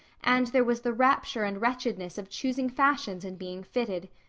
and there was the rapture and wretchedness of choosing fashions and being fitted.